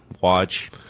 watch